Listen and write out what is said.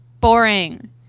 boring